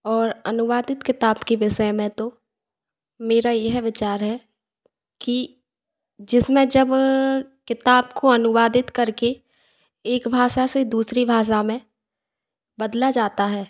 और अनुवादित किताब के विषय में तो मेरा यह विचार है की जिसमें जब किताब को अनुवादित करके एक भाषा से दूसरी भाषा में बदला जाता है